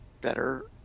better